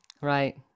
right